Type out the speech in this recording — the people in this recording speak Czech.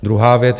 Druhá věc.